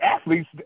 athletes